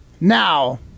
Now